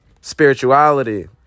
Spirituality